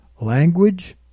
language